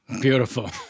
beautiful